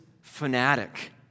fanatic